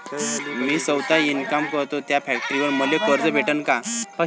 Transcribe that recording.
मी सौता इनकाम करतो थ्या फॅक्टरीवर मले कर्ज भेटन का?